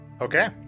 Okay